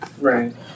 Right